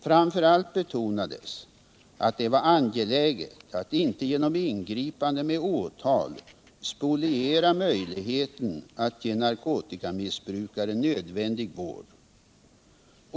Framför allt betonades att det var angeläget att inte genom ingripande med åtal spoliera möjligheten att ge narkotikamissbrukare nödvändig vård.